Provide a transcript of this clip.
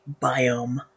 biome